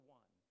one